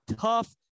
tough